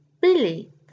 Billy